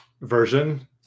version